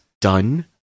done